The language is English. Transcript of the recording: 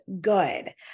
good